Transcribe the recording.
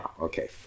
okay